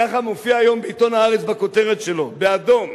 ככה מופיע היום בעיתון "הארץ" בכותרת שלו, באדום: